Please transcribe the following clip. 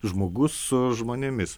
žmogus su žmonėmis